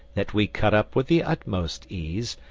that we cut up with the utmost ease,